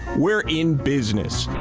we're in business.